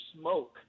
smoke